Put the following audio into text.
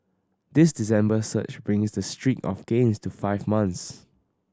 this December surge brings the streak of gains to five months